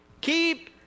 Keep